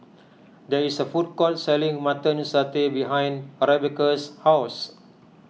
there is a food court selling Mutton Satay behind Rebecca's house